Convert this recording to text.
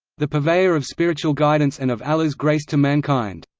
the purveyor of spiritual guidance and of allah's grace to mankind.